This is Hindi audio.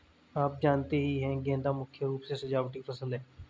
आप जानते ही है गेंदा मुख्य रूप से सजावटी फसल है